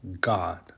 God